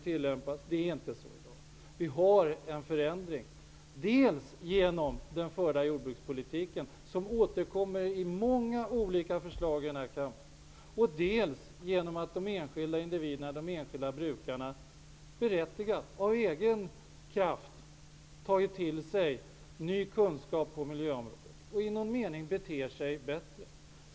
Det har skett en förändring dels genom den förda jordbrukspolitiken som återkommer i många olika förslag som behandlas i den här kammaren, dels genom att de enskilda brukarna av egen kraft tagit till sig ny kunskap på miljöområdet och beter sig bättre.